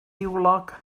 niwlog